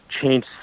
change